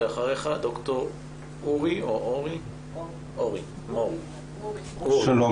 ואחריך ד"ר אוּרִי או אוֹרִי.